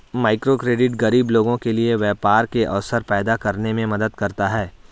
microcredit गरीब लोगों के लिए व्यापार के अवसर पैदा करने में मदद करता है